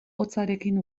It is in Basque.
hotzarekin